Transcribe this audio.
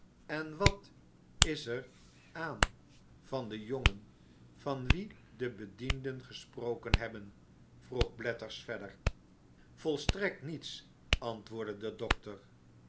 en wat is er aan van den jongen van wien de bedienden gesproken hebben vroeg blathers verder volstrekt niets antwoordde de dokter